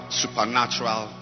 supernatural